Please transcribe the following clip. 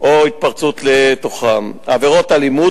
או התפרצות לתוכם ועבירות אלימות,